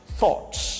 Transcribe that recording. thoughts